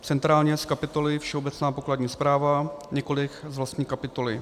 Centrálně z kapitoly Všeobecná pokladní správa, nikoli z vlastní kapitoly.